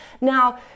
Now